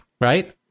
right